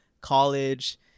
college